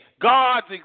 God's